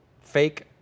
fake